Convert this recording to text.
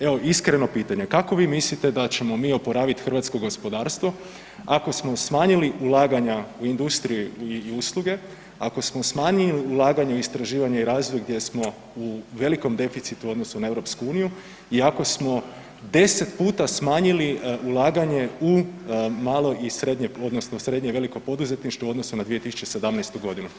Evo iskreno pitanje kako vi mislite da ćemo mi oporaviti hrvatsko gospodarstvo ako smo smanjili ulaganja u industriju i usluge, ako smo smanjili ulaganja u istraživanje i razvoj gdje smo u velikom deficitu u odnosu na EU i ako smo 10 puta smanjili ulaganje u malo i srednje, odnosno srednje veliko poduzetništvo u odnosu na 2017. godinu.